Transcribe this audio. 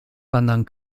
pendant